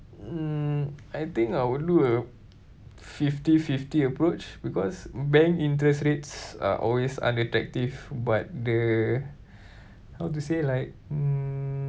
mm I think I would do a fifty fifty approach because bank interest rates are always unattractive but the how to say like mm